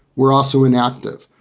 we're also inactive.